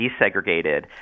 desegregated